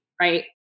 right